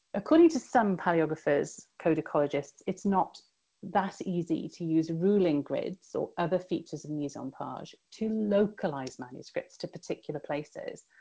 according to some palaeographers, codicologists, it's not that easy to use ruling grids or other features of mise-en-page to localize manuscripts to particular places.